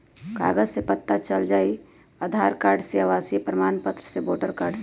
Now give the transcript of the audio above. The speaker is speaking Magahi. कागज से पता चल जाहई, आधार कार्ड से, आवासीय प्रमाण पत्र से, वोटर कार्ड से?